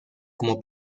como